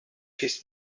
his